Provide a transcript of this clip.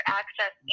access